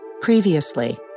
Previously